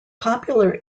popular